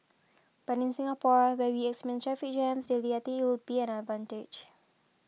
but in Singapore where we traffic jams daily I think it will be an advantage